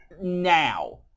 Now